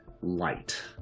light